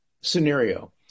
scenario